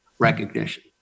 recognition